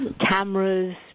cameras